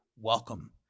welcome